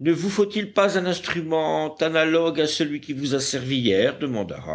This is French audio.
ne vous faut-il pas un instrument analogue à celui qui vous a servi hier demanda